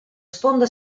sponda